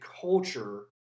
culture